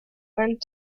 and